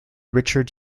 richard